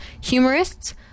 humorist's